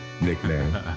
nickname